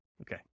Okay